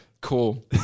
Cool